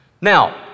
Now